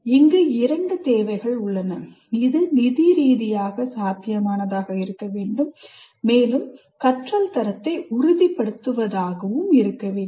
இங்கு இரண்டு தேவைகள் உள்ளன இது நிதி ரீதியாக சாத்தியமானதாக இருக்க வேண்டும் மேலும் கற்றல் தரத்தை உறுதிப்படுத்துவதாகவும் இருக்க வேண்டும்